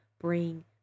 bring